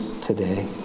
today